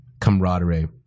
camaraderie